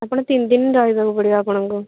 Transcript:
ଆପଣ ତିନ୍ ଦିନ୍ ରହିବାକୁ ପଡ଼ିବ ଆପଣଙ୍କୁ